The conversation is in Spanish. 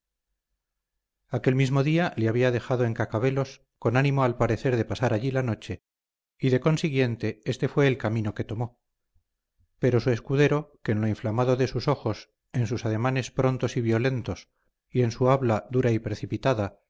aquel mismo día le había dejado en cacabelos con ánimo al parecer de pasar allí la noche y de consiguiente este fue el camino que tomó pero su escudero que en lo inflamado de sus ojos en sus ademanes prontos y violentos y en su habla dura y precipitada